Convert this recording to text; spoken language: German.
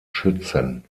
schützen